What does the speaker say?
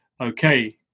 okay